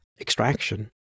extraction